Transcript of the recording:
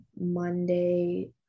Monday